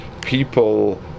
people